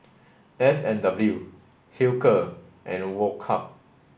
S and W Hilker and Woh Hup